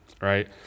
right